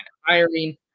hiring